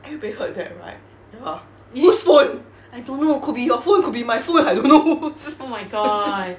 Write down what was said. everybody heard that right ya whose phone I don't know could be your phone could be my phone I don't know whose